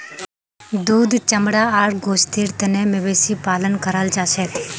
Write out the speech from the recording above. दूध चमड़ा आर गोस्तेर तने मवेशी पालन कराल जाछेक